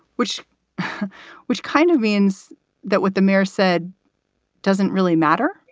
which which kind of means that what the mayor said doesn't really matter.